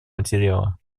материала